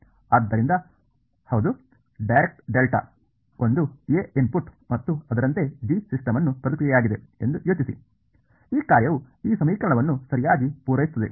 ಆದ್ದರಿಂದ ಹೌದು direct delta ಒಂದು a ಇನ್ಪುಟ್ ಮತ್ತು ಅದರಂತೆ g ಸಿಸ್ಟಮ್ನ ಪ್ರತಿಕ್ರಿಯೆಯಾಗಿದೆ ಎಂದು ಯೋಚಿಸಿ ಈ ಕಾರ್ಯವು ಈ ಸಮೀಕರಣವನ್ನು ಸರಿಯಾಗಿ ಪೂರೈಸುತ್ತದೆ